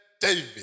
David